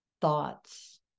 Thoughts